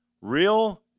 Real